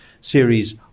series